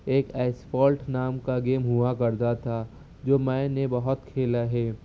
ایک اسپورٹ نام کا گیم ہوا کرتا تھا جو میں نے بہت کھیلا ہے